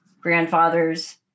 grandfathers